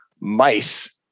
Mice